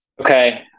Okay